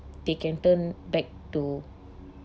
they can turn back to